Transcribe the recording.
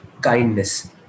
kindness